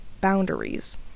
boundaries